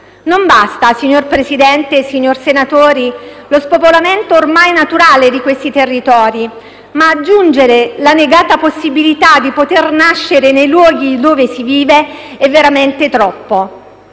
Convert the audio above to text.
Non basta, signor Presidente, signori senatori, lo spopolamento ormai naturale di questi territori, ma aggiungere la negata possibilità di nascere nei luoghi dove si vive, è veramente troppo.